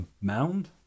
Mound